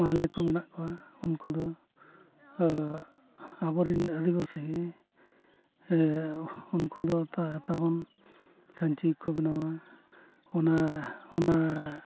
ᱢᱟᱦᱞᱮ ᱠᱚ ᱢᱮᱱᱟᱜ ᱠᱚᱣᱟ ᱩᱱᱠᱩ ᱫᱚ ᱟᱵᱚ ᱨᱮᱱ ᱟᱹᱫᱤᱵᱟᱹᱥᱤ ᱩᱱᱠᱩ ᱫᱚ ᱛᱟᱵᱚᱱ ᱠᱷᱟᱹᱧᱪᱤ ᱠᱚ ᱵᱮᱱᱟᱣᱟ ᱚᱱᱟ ᱚᱱᱟ